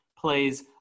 plays